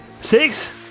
Six